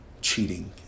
cheating